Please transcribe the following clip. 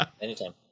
Anytime